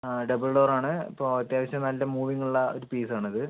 ആ double door ആണ് ഇപ്പോൾ അത്യാവശ്യം നല്ല മൂവിംഗ് ഇള്ള ഒര് പീസ് ആണ് ഇത്